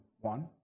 one